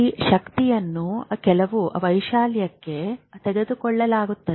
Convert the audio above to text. ಈ ಶಕ್ತಿಯನ್ನು ಕೆಲವು ವೈಶಾಲ್ಯಕ್ಕೆ ತೆಗೆದುಕೊಳ್ಳಲಾಗುತ್ತದೆ